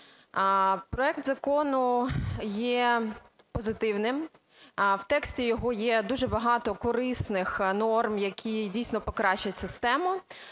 Проект Закону є позитивним. В тексті його є дуже багато корисних норм, які дійсно покращать систему.